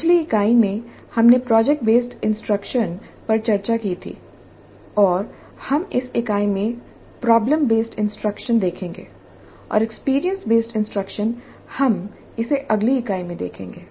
पिछली इकाई में हमने प्रोजेक्ट बेसड इंस्ट्रक्शन पर चर्चा की थी और हम इस इकाई में प्रॉब्लम बेसड इंस्ट्रक्शन देखेंगे और एक्सपीरियंस बेसड इंस्ट्रक्शन हम इसे अगली इकाई में देखेंगे